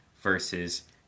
versus